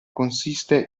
consiste